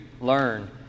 learn